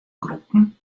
groepen